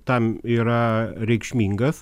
tam yra reikšmingas